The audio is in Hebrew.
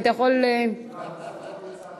ותכף אנחנו נקריא את התוצאות.